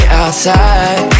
outside